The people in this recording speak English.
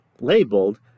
labeled